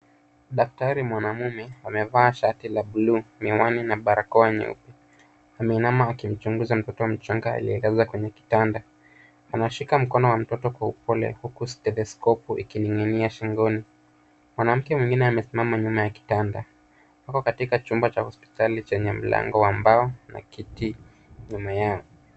Daktari mwanamume amevaa shati la buluu, miwani, na barakoa nyeupe. Ameinama akimchunguza mtoto mchanga aliyelazwa kwenye kitanda. Anashika mkono wa mtoto kwa upole, huku stethoskopu ikining'inia shingoni. Mwanamke mwingine amesimama nyuma ya kitanda, wako katika chumba cha hospitali chenye mlango wa mbao na kiti nyuma yao.